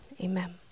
amen